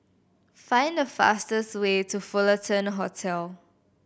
find the fastest way to Fullerton Road